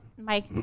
Mike